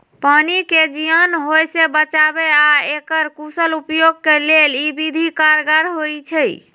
पानी के जीयान होय से बचाबे आऽ एकर कुशल उपयोग के लेल इ विधि कारगर होइ छइ